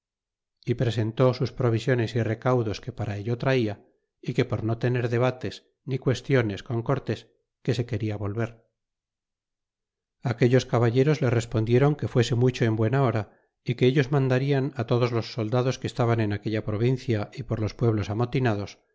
y presentó sus provisiones y recaudos que para ello traia y que por no tener debates ni qüestiones con cortés que se queda volver y aquellos caballeros le respondiéron que fuese mucho en buena hora y que ellos mandarian todos los soldados que estaban en aquella provincia y por los pueblos amotinados